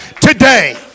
today